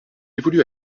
évolue